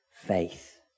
faith